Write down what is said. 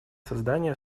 создание